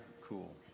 cool